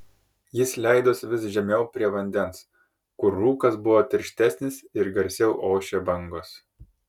jis leidosi vis žemiau prie vandens kur rūkas buvo tirštesnis ir garsiau ošė bangos